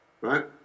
right